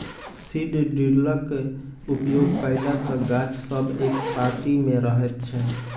seed ड्रिलक उपयोग कयला सॅ गाछ सब एक पाँती मे रहैत छै